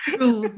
True